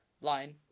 Line